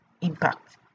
impact